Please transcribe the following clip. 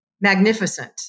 magnificent